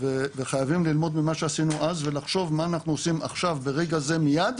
וחייבים ללמוד ממה שעשינו אז ולחשוב מה אנחנו עושים עכשיו ברגע זה מיד,